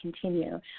continue